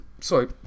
sorry